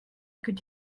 could